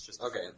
Okay